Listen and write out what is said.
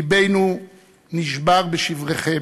לבנו נשבר בשברכם.